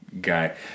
guy